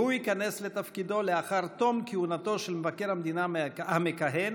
והוא ייכנס לתפקידו לאחר תום כהונתו של מבקר המדינה המכהן,